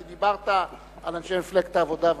כי דיברת על אנשי מפלגת העבודה,